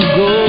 go